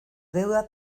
deuda